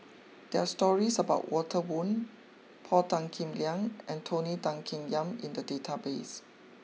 there are stories about Walter Woon Paul Tan Kim Liang and Tony Tan Keng Yam in the database